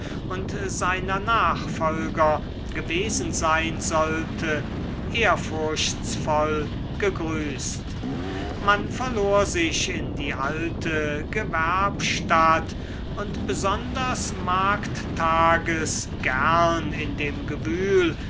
und seiner nachfolger gewesen sein sollte ehrfurchtsvoll gegrüßt man verlor sich in die alte gewerbstadt und besonders markttages gern in dem gewühl